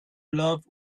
love